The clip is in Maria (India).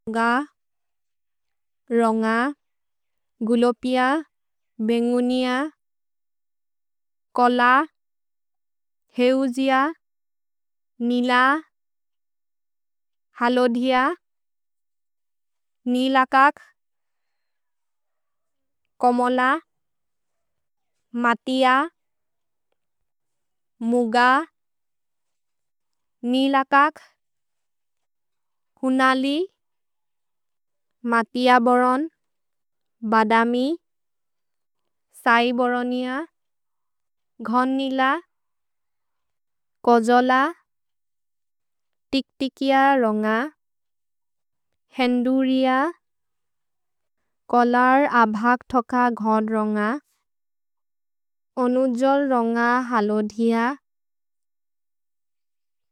म्ग, रोन्ग, गुलोपिअ, बेन्गुनिअ, कोल, हेउजिअ, निल, हलोदिअ, निलकक्, कोमोल, मतिअ, मुग, निलकक्, हुनलि, मतिअ बोरोन्, बदमि, सै बोरोनिअ, घोन् निल, कोजोल, तिक्तिकिअ रोन्ग, हेन्दुरिअ, कोलर् अभक्थोक घोद् रोन्ग, ओनुजोल् रोन्ग हलोदिअ।